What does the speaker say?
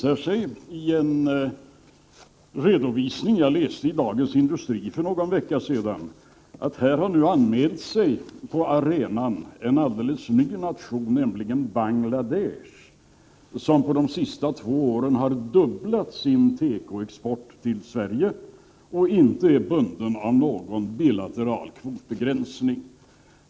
Av en redovisning jag läste i Dagens Industri för någon vecka sedan framgår att det på arenan har anmält sig en alldeles ny nation, nämligen Bangladesh, som under de senaste två åren har fördubblat sin tekoexport till Sverige och inte är bundet av någon bilateral kvotbegränsning.